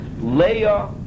leah